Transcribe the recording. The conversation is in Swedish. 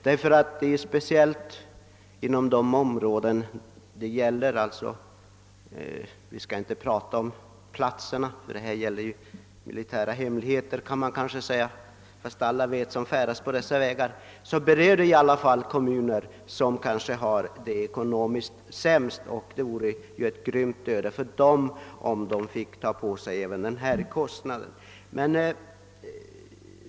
Vi skall inte tala om de platser det gäller, eftersom det kan sägas röra sig om militära hemligheter, fast alla som färdas på dessa vägar känner till dem. I alla fall berör frågan sådana kommuner som kanske har det ekonomiskt sämst ställt, och det vore ett grymt öde för dem, om de fick ta på sig även denna kostnad.